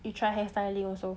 you try hairstyling also